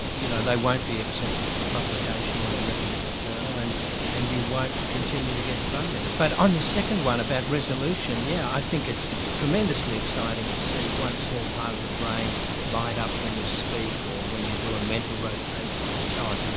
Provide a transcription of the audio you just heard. you know they won't be accepted for publication in a reputable journal and and you won't continue to get funding. but on the second one about resolution, yeah, i think it's tremendously exciting to see one small part of the brain light up when you speak, or when you do a mental rotation and so on.